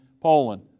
Poland